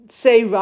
say